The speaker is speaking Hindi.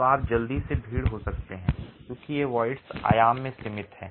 तो आप जल्दी से भीड़ हो सकते हैं क्योंकि ये voids आयाम में सीमित हैं